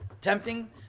tempting